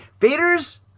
Vader's